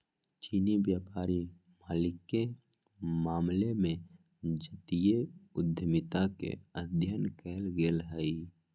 चीनी व्यापारी मालिके मामले में जातीय उद्यमिता के अध्ययन कएल गेल हइ